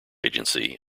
agency